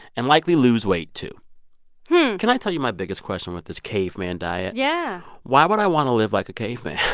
and likely lose weight, too can i tell you my biggest question with this caveman diet? yeah why would i want to live like a caveman?